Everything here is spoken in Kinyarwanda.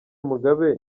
mugabe